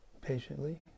patiently